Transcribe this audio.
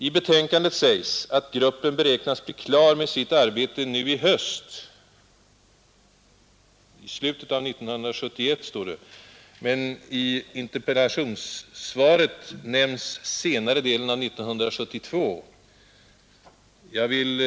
I betänkandet sägs att gruppen beräknas bli klar med sitt arbete nu i höst — i slutet av 1971, står det — men i interpellationssvaret nämns senare delen av 1972. Är det senare beskedet riktigast?